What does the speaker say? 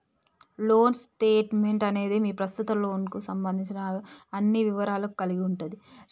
loan statement అనేది మీ ప్రస్తుత లోన్కు సంబంధించిన అన్ని వివరాలను కలిగి ఉంటది